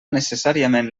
necessàriament